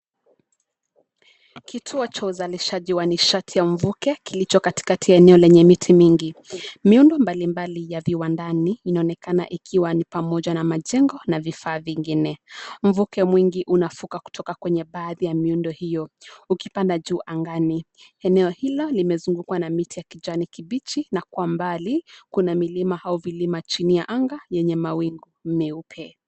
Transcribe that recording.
Kituo cha uzalishaji wa nishati ya mvuke kilicho katikati ya eneo lenye miti mingi, miundo mbalimbali ya viwandani inaonekana ikiwa ni pamoja na majengo na vifaa vingine, mvuke mwingi unafoka kutoka kwenye baadhi ya miundo hiyo, ukipanda juu angani, eneo hilo limezungukwa na miti ya kijani kibichi na kwa mbali, kuna milima au vilima chini ya anga, yenye mawingu, meupe.